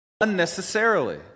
unnecessarily